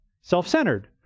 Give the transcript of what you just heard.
self-centered